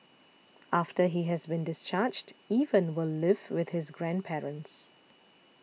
after he has been discharged Evan will live with his grandparents